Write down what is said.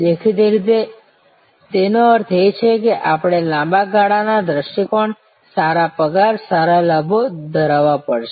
દેખીતી રીતે તેનો અર્થ એ છે કે આપણે લાંબા ગાળાના દૃષ્ટિકોણ સારા પગાર સારા લાભો ધરાવવા પડશે